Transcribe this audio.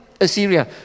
Assyria